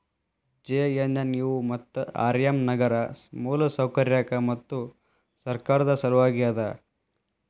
JNNU ಮತ್ತು RM ನಗರ ಮೂಲಸೌಕರ್ಯಕ್ಕ ಮತ್ತು ಸರ್ಕಾರದ್ ಸಲವಾಗಿ ಅದ